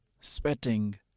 sweating